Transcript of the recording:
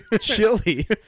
chili